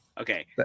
okay